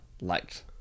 liked